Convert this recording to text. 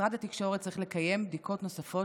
משרד התקשורת צריך לקיים בדיקות נוספות